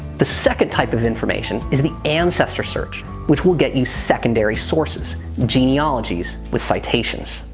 the second type of information is the ancestor search which will get you secondary sources genealogies with citations.